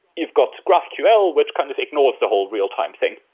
you've got graphql, which kind of ignores the whole real-time thing.